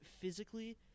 physically